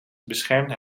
beschermde